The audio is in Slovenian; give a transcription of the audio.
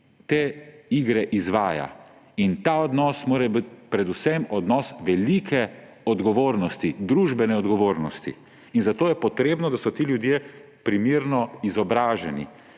te igre izvaja. In ta odnos mora biti predvsem odnos velike odgovornosti, družbene odgovornosti. In zato je potrebno, da so ti ljudje primerno izobraženi.